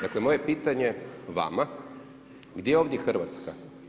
Dakle moje pitanje vama, gdje je ovdje Hrvatska?